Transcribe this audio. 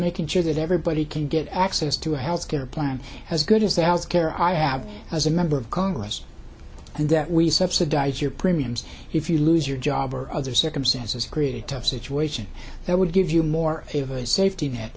making sure that everybody can get access to health care plan as good as the house care i have as a member of congress and that we subsidize your premiums if you lose your job or other circumstances create a tough situation that would give you more favor a safety net